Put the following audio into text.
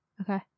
Okay